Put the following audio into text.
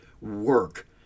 work